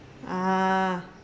ah